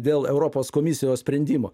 dėl europos komisijos sprendimo